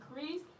increase